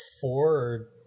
four